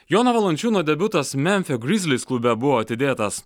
jono valančiūno debiutas memfio grizlis klube buvo atidėtas